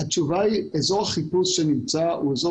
התשובה היא אזור חיפוש שנמצא הוא אזור